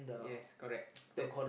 yes correct that